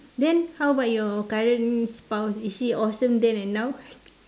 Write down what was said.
then how about your current spouse is she awesome then and now